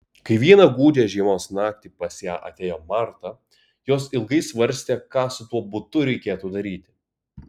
kai vieną gūdžią žiemos naktį pas ją atėjo marta jos ilgai svarstė ką su tuo butu reikėtų daryti